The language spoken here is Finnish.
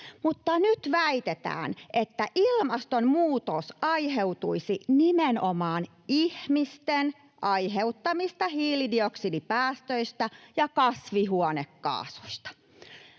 Mutta nyt väitetään, että ilmastonmuutos aiheutuisi nimenomaan ihmisten aiheuttamista hiilidioksidipäästöistä ja kasvihuonekaasuista.